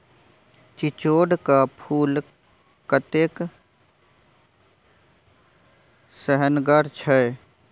चिचोढ़ क फूल कतेक सेहनगर छै